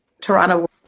Toronto